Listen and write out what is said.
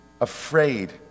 afraid